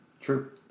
True